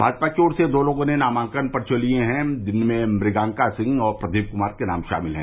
भाजपा की ओर से दो लोगों ने नामांकन पर्वे लिये हैं जिनमें मुगांका सिंह और प्रदीप कुमार के नाम शामिल हैं